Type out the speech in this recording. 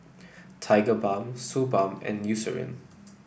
Tigerbalm Suu Balm and Eucerin